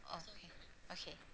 okay okay